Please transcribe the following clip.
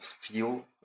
feel